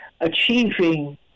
achieving